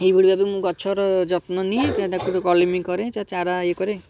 ଏହିଭଳି ଭାବରେ ମୁଁ ଗଛର ଯତ୍ନ ନିଏ କଲିମି କରେ ତା' ଚାରା ଇଏ କରେ